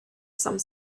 some